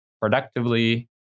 productively